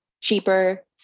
cheaper